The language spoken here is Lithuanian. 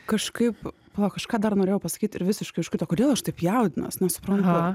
kažkaip palauk kažką dar norėjau pasakyt ir visiškai užkrito kodėl aš taip jaudinuos nesuprantu